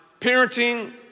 parenting